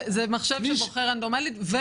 זה מחשב שבוחר רנדומלית.